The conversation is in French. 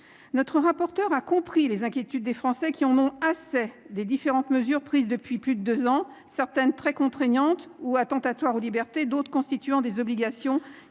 Notre rapporteur a compris les inquiétudes des Français, qui en ont assez des différentes mesures prises depuis plus de deux ans, dont certaines furent très contraignantes ou attentatoires aux libertés, et d'autres ont constitué des obligations